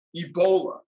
Ebola